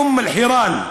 אום-אלחיראן,